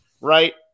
right